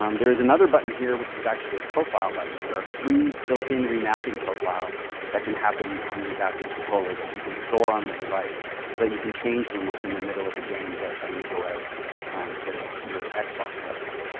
um there is another button here, which is actually a profile button. there are three built in remapping profiles that can happen on the adaptive controller that you can store on the device so that you can change them, like in the middle of a game without having to go out to your xbox settings.